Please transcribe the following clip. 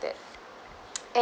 that and